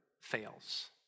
fails